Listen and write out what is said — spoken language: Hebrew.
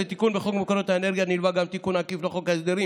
לתיקון בחוק מקורות אנרגיה נלווה גם תיקון עקיף לחוק ההסדרים